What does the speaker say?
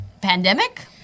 pandemic